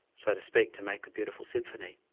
so to speak, to make a beautiful symphony.